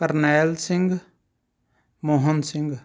Karnail Singh Mohan Singh